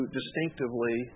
distinctively